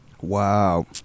Wow